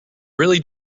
really